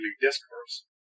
discourse